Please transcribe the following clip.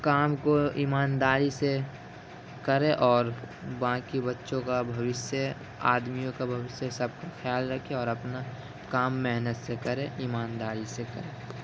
کام کو ایمانداری سے کریں اور باقی بچوں کا بھوشیہ آدمیوں کا بھوشیہ سب کا خیال رکھے اور اپنا کام محنت سے کرے ایمانداری سے کرے